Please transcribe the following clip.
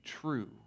true